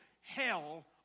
hell